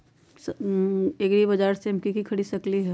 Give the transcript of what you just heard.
एग्रीबाजार से हम की की खरीद सकलियै ह?